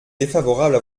défavorable